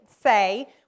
say